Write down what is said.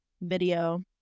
video